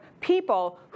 people